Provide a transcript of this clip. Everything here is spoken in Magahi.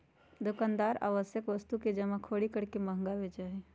दुकानदार आवश्यक वस्तु के जमाखोरी करके महंगा बेचा हई